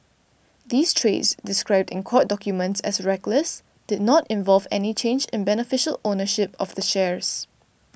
these trades described in court documents as reckless did not involve any change in beneficial ownership of the shares